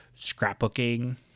scrapbooking